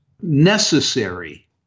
necessary